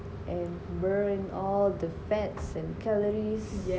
and burn all the fats and calories